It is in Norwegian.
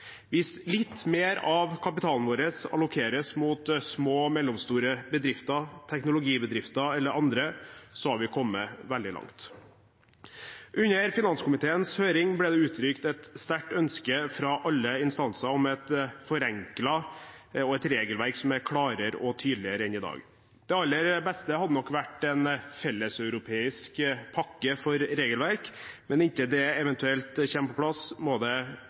Hvis litt mer av kapitalen vår allokeres mot små og mellomstore bedrifter, teknologibedrifter eller andre, har vi kommet veldig langt. Under finanskomiteens høring ble det uttrykt et sterkt ønske fra alle instanser om et forenklet regelverk som er klarere og tydeligere enn i dag. Det aller beste hadde nok vært en felleseuropeisk pakke for regelverk, men inntil det eventuelt kommer på plass, må det